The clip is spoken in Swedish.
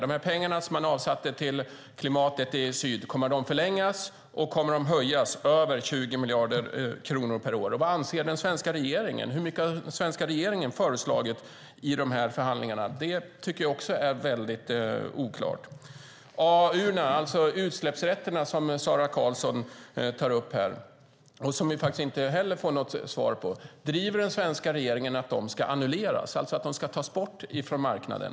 Kommer de pengar som man avsatte till klimatet i syd att förlängas och kommer de att höjas till över 20 miljarder kronor per år? Och vad anser den svenska regeringen? Hur mycket har den svenska regeringen föreslagit i förhandlingarna? Det tycker jag också är väldigt oklart. Sara Karlsson tar här upp frågan om AAU:erna, alltså utsläppsrätterna, men får inte heller något svar på det. Driver den svenska regeringen att de ska annulleras, alltså att de ska tas bort från marknaden?